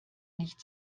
nicht